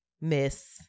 miss